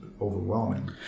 overwhelming